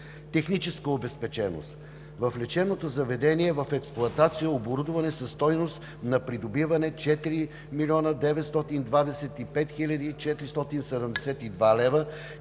Техническа обезпеченост. В лечебното заведение в експлоатация е оборудване със стойност на придобиване 4 млн. 925 хил. 472 лв.,